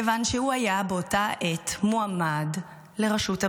מכיוון שהוא היה באותה העת מועמד לראשות הממשלה.